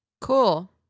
Cool